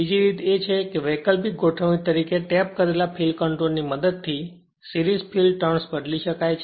બીજી રીત એ છે કે વૈકલ્પિક ગોઠવણી તરીકે ટેપ કરેલ ફિલ્ડ કંટ્રોલ ની મદદ થી સિરીજફિલ્ડ ટર્ન્સ બદલી શકાય છે